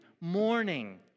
morning